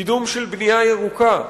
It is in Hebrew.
קידום של בנייה ירוקה.